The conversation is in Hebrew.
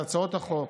הצעות החוק,